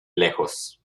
lejos